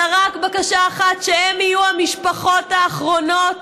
אלא רק בקשה אחת: שהן יהיו המשפחות האחרונות